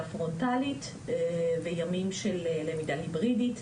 פרונטלית וימים של למידה היברידית.